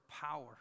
power